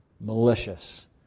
Malicious